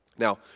Now